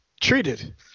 treated